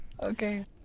Okay